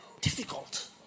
difficult